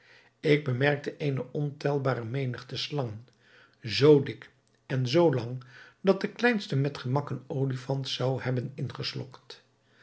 ik bemerkte eene ontelbare menigte slangen zoo dik en zoo lang dat de kleinste met gemak een olifant zou hebben ingeslokt